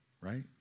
right